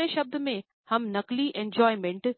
दूसरे शब्दों में हमें नकली एन्जॉयमेंट